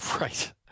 Right